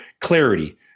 clarity